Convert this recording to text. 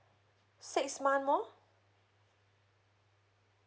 six month more